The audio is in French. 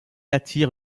attire